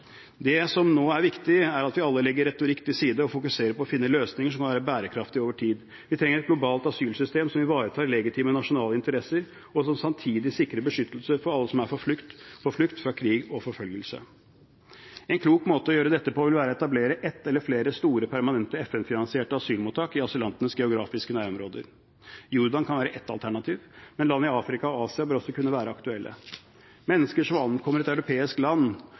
Det som nå er viktig, er at vi alle legger retorikk til side og fokuserer på å finne løsninger som er bærekraftig over tid. Vi trenger et globalt asylsystem som ivaretar ulike legitime nasjonale interesser, og som samtidig sikrer beskyttelse for alle som er på flukt fra krig og forfølgelse. En klok måte å gjøre dette på vil være å etablere ett eller flere store permanente FN-finansierte asylmottak i asylantenes geografiske nærområder. Jordan kan være ett alternativ, men land i Afrika og Asia bør også kunne være aktuelle. Mennesker som ankommer et europeisk land